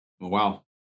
wow